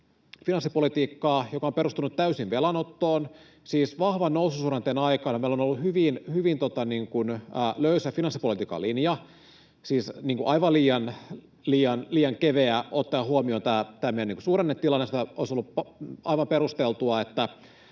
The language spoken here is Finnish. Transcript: finanssipolitiikka, joka on perustunut täysin velanottoon. Siis vahvan noususuhdanteen aikana meillä on ollut hyvin löysä finanssipolitiikan linja, aivan liian keveä ottaen huomioon meidän suhdannetilanteemme. Olisi ollut aivan perusteltua,